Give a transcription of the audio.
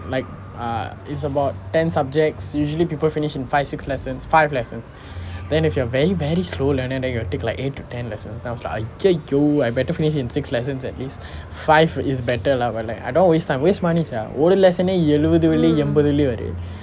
like uh it's about ten subjects usually people finished in five six lessons five lessons then if you are very very slow learner then you will take like eight to ten lessons I was like !aiya! ya I better finish in six lessons at least five is better lah but like I don't want waste time waste money sia ஒரு:oru lesson eh எழுவது வெள்ளி என்பது வெள்ளி பாரு:eluvathu velli enbathu velli paaru